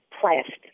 plastic